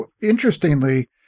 Interestingly